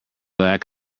lack